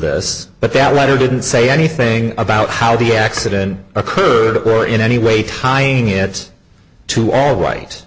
this but that letter didn't say anything about how the accident occurred or in any way tying it to all right